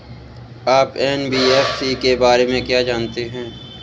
आप एन.बी.एफ.सी के बारे में क्या जानते हैं?